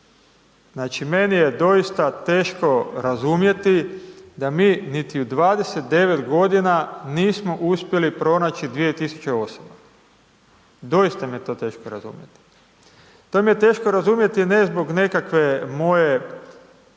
Znači, meni je doista teško razumjeti da mi niti u 29.g. nismo uspjeli pronaći 2000 osoba, doista mi je to teško razumjeti. To mi je teško razumjeti ne zbog nekakve moje